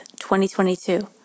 2022